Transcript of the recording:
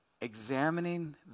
examining